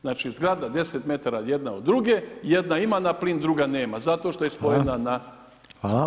Znači, zgrada 10 metara jedna od druge, jedna ima na plin, druga nema, zato što je spojena na…